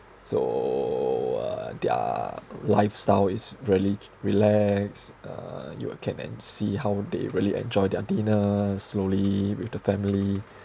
so uh their lifestyle is really relax uh you can en~ see how they really enjoy their dinner slowly with the family